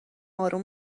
اروم